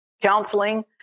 counseling